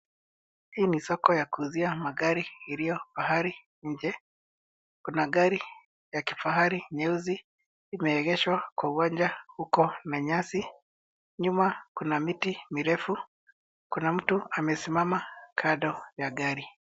Sii ni soko ya kuuzia magari iliyo pahali nje. Kuna gari ya kifahari nyeusi imeegeshwa kwa uwanja. Kuko na nyasi. Nyuma kuna miti mirefu. Kuna mtu amesimama kando ya gari.